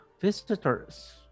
visitors